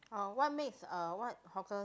uh what makes uh what hawkers